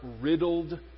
riddled